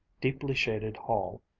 deeply shaded hall,